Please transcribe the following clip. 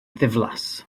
ddiflas